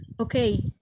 Okay